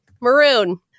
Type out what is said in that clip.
Maroon